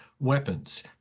weapons